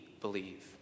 believe